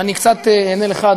ואני קצת אענה לך,